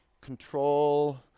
control